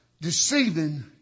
Deceiving